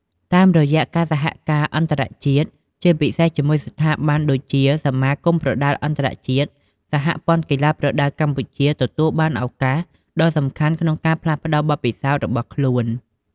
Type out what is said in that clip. តាមរយៈការសហការអន្តរជាតិ ជាពិសេសជាមួយស្ថាប័នដូចជា សមាគមប្រដាល់អន្តរជាតិ សហព័ន្ធកីឡាប្រដាល់កម្ពុជា ទទួលបានឱកាសដ៏សំខាន់ក្នុងការផ្លាស់ប្ដូរបទពិសោធន៍របស់ខ្លួន។